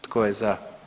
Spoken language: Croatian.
Tko je za?